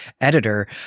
editor